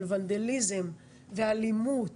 אבל ונדאליזם ואלימות